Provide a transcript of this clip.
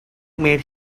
made